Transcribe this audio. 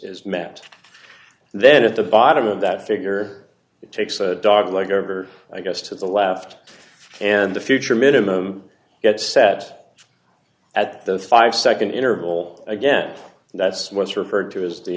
is met then at the bottom of that figure it takes a dog leg over i guess to the left and the future minimum gets set at the five nd interval again that's what's referred to as the